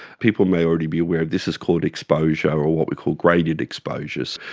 people may already be aware, this is called exposure or what we call graded exposures.